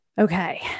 Okay